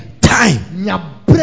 time